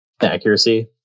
Accuracy